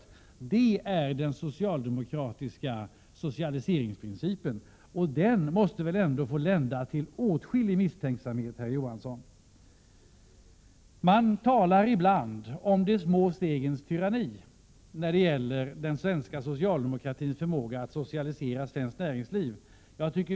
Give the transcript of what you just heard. Detta är den socialdemokratiska socialiseringsprincipen! Den måste väl ändå lända till åtskillig misstänksamhet, herr Johansson. När det gäller den svenska socialdemokratins förmåga att socialisera svenskt näringsliv talar man ibland om de små stegens tyranni.